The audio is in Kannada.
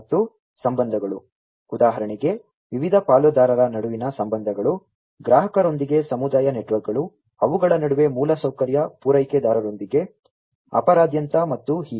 ಮತ್ತು ಸಂಬಂಧಗಳು ಉದಾಹರಣೆಗೆ ವಿವಿಧ ಪಾಲುದಾರರ ನಡುವಿನ ಸಂಬಂಧಗಳು ಗ್ರಾಹಕರೊಂದಿಗೆ ಸಮುದಾಯ ನೆಟ್ವರ್ಕ್ಗಳು ಅವುಗಳ ನಡುವೆ ಮೂಲಸೌಕರ್ಯ ಪೂರೈಕೆದಾರರೊಂದಿಗೆ ಅವರಾದ್ಯಂತ ಮತ್ತು ಹೀಗೆ